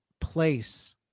place